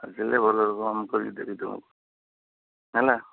ଆସିଲେ ଭଲ ରକମ କରିକି ଦେବି ତୁମକୁ ହେଲା